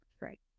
Right